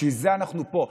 בשביל זה אנחנו פה.